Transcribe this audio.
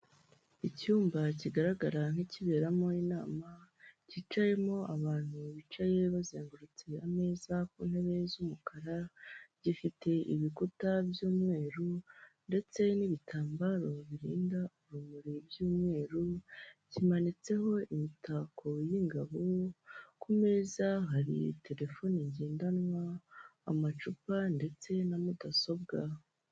Icyumba kigaragara nk'ikiberamo inama, cyicayemo abantu bicaye bazengurutse ameza ku ntebe z'umukara, gifite ibikuta by'umweru ndetse n'ibitambaro birinda urumuri by'umweru, kimanitseho imitako y'ingabo, ku meza hari terefone ngendanwa, amacupa ndetse na mudasobwa.